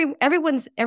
everyone's